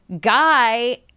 guy